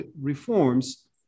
reforms